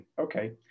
Okay